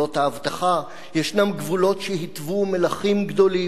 ישנם גבולות שהתוו מלכים גדולים כמו דוד,